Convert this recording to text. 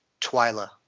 Twyla